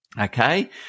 okay